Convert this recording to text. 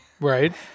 right